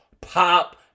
pop